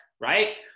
right